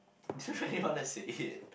then where you wanna sit